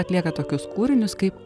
atlieka tokius kūrinius kaip